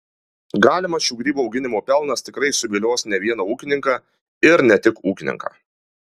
galimas šių grybų auginimo pelnas tikrai suvilios ne vieną ūkininką ir ne tik ūkininką